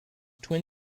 twin